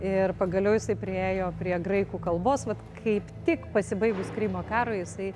ir pagaliau jisai priėjo prie graikų kalbos vat kaip tik pasibaigus krymo karui jisai